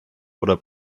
oder